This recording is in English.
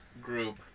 group